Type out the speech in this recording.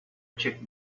check